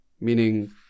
meaning